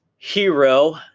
Hero